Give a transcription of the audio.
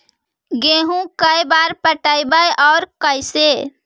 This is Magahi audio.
गेहूं के बार पटैबए और कैसे?